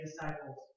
disciples